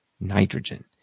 nitrogen